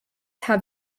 have